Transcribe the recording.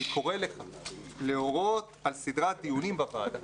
אני קורא להורות על סדרת דיונים בוועדה,